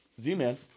Z-Man